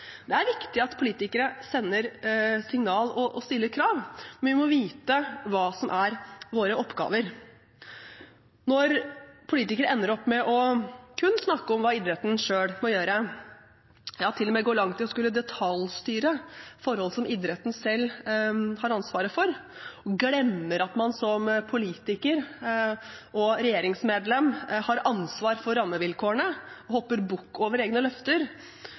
Det er viktig at politikere sender signal og stiller krav, men vi må vite hva som er våre oppgaver. Når politikere ender opp med kun å snakke om hva idretten selv må gjøre, ja, til og med går langt i å skulle detaljstyre forhold som idretten selv har ansvaret for, glemmer at man som politiker og regjeringsmedlem har ansvar for rammevilkårene og hopper bukk over egne løfter,